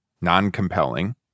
non-compelling